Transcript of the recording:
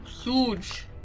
huge